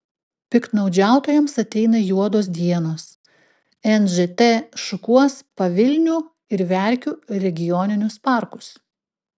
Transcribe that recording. piktnaudžiautojams ateina juodos dienos nžt šukuos pavilnių ir verkių regioninius parkus